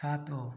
ସାତ